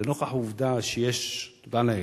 לנוכח העובדה שיש, תודה לאל,